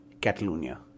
Catalonia